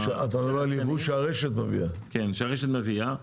שהרשת מביאה.